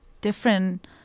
different